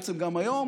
בעצם גם היום,